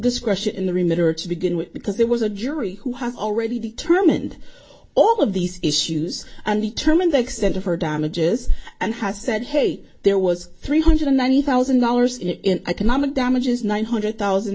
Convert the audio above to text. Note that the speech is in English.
discretion in the remit or to begin with because there was a jury who has already determined all of these issues and determine the extent of her damages and has said hey there was three hundred ninety thousand dollars in economic damages nine hundred thousand